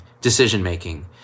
decision-making